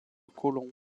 colomb